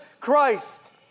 Christ